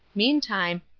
meantime,